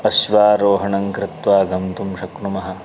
अश्वारोहणं कृत्वा गन्तुं शक्नुमः